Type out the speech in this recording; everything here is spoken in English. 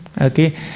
Okay